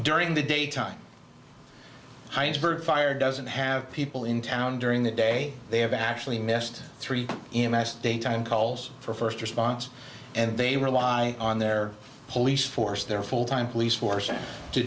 during the daytime heinsberg fire doesn't have people in town during the day they have actually missed three daytime calls for first response and they rely on their police force their full time police force to